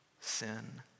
sin